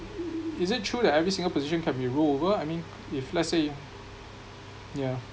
is it true that every single position can be rollover I mean if let's say yeah